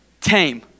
tame